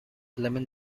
lemon